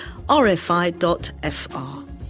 rfi.fr